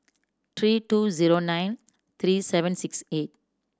three two zero nine three seven six eight